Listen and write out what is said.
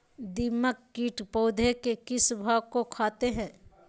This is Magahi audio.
दीमक किट पौधे के किस भाग को खाते हैं?